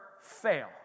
fail